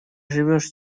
живешь